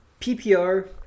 PPR